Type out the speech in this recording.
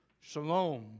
Shalom